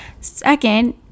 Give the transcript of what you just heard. Second